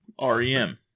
REM